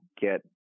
get